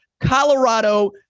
Colorado